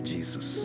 Jesus